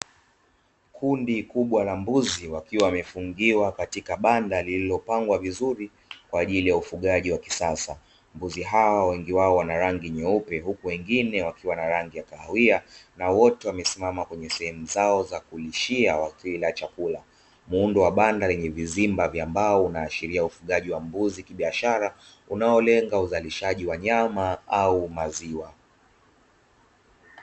Kundi kubwa la mbuzi wakiwa wamefungiwa katika banda lililopangwa vizuri kwa ajili ya ufugaji wa kisasa, mbuzi hawa wengi wao wana rangi nyeupe huku wengine wakiwa na rangi ya kahawia, na wote wamesimama kwenye sehemu zao za kulishia wakila chakula. Muundo wa banda lenye vizimba vya mbao unaashiria ufugaji wa mbuzi kibiashara unaolenga uzalishaji wa nyama au maziwa.